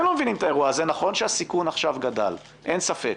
נכון שהסיכון עכשיו גדל, אין ספק,